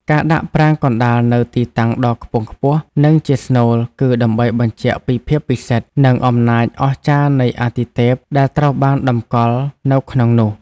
ការដាក់ប្រាង្គកណ្តាលនៅទីតាំងដ៏ខ្ពង់ខ្ពស់ និងជាស្នូល គឺដើម្បីបញ្ជាក់ពីភាពពិសិដ្ឋ និងអំណាចអស្ចារ្យនៃអាទិទេពដែលត្រូវបានតម្កល់នៅក្នុងនោះ។